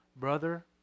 brother